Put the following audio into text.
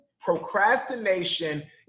procrastination